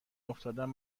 افتادم